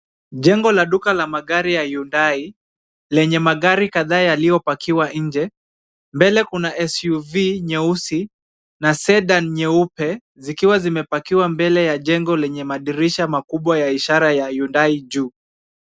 Jengo la magari ya duka ya Hyundai, lenye magari kadhaa yaliyopakiwa nje. Mbele kuna SUV nyeusi na Sedan nyeupe, zikiwa zimepakiwa mbele ya jengo lenye madirisha makubwa ya ishara ya Hyundai juu.